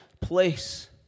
place